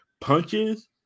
punches